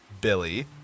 Billy